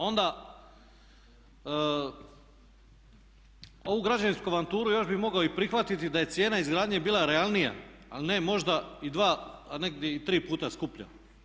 Onda ovu građevinsku avanturu još bih mogao i prihvatiti da je cijena izgradnje bila realnija ali ne možda i dva a negdje i tri puta skuplja.